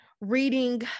reading